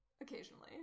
occasionally